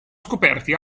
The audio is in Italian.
scoperti